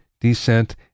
descent